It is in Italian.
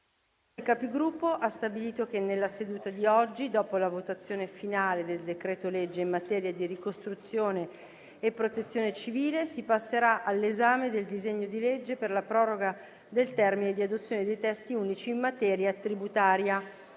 dei Capigruppo ha stabilito che, nella seduta di oggi, dopo la votazione finale del decreto-legge in materia di ricostruzione e protezione civile, si passerà all'esame del disegno di legge per la proroga del termine di adozione di testi unici in materia tributaria.